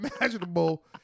imaginable